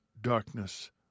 darkness